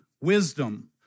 wisdom